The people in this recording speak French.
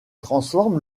transforme